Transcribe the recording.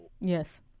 Yes